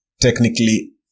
technically